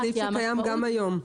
זה קיים גם היום.